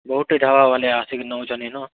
ବହୁତ୍ଟେ ଢାବାବାଲେ ଆସିକି ନେଉଛନ୍ ଇ'ନୁ